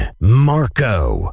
Marco